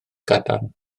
gadarn